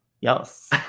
Yes